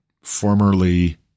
formerly